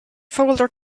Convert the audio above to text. folder